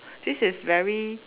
this is very